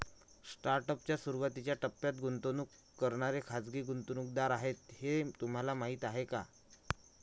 Startup च्या सुरुवातीच्या टप्प्यात गुंतवणूक करणारे खाजगी गुंतवणूकदार आहेत हे तुम्हाला माहीत आहे का?